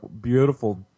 beautiful